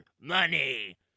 money